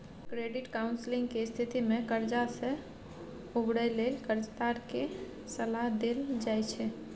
credit counselling के स्थिति में कर्जा से उबरय लेल कर्जदार के सलाह देल जाइ छइ